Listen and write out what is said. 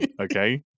okay